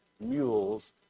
mules